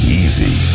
easy